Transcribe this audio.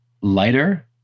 lighter